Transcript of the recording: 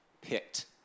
picked